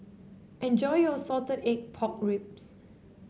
enjoy your Salted Egg Pork Ribs